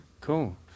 cool